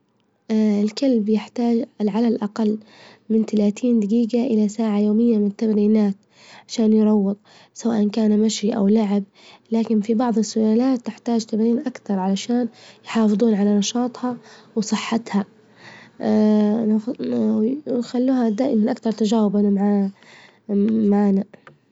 الكلب يحتاج على الأقل من تلاتين دجيجة إلى ساعة يومية من التمرينات عشان يروظ، سواء كان مشي أو لعب لكن في بعظ السلالات تحتاج تمارين أكثر علشان يحافظون على نشاطها وصحتها، وخلوها دائما أكثر تجاوبا مع- معنا.